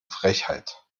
frechheit